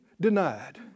denied